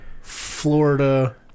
florida